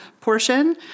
portion